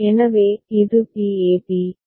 எனவே இது b a b